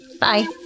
Bye